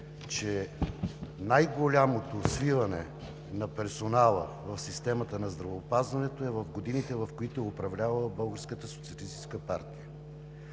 че най-голямото свиване на персонала в системата на здравеопазването е в годините, в които е управлявала